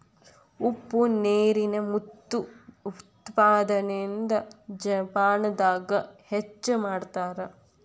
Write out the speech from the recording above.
ಉಪ್ಪ ನೇರಿನ ಮುತ್ತು ಉತ್ಪಾದನೆನ ಜಪಾನದಾಗ ಹೆಚ್ಚ ಮಾಡತಾರ